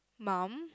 mum